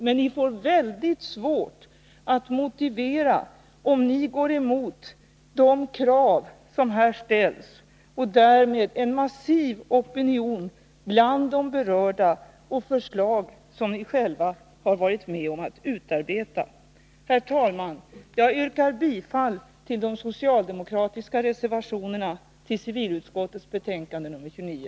Men ni får väldigt svårt att motivera ert ställningstagande, om ni går emot de krav som här ställs och därmed går emot en massiv opinion bland de berörda och förslag som ni själva har varit med om att utarbeta. Herr talman! Jag yrkar bifall till de socialdemokratiska reservationerna vid civilutskottets betänkande nr 29.